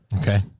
Okay